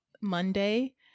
Monday